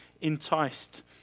enticed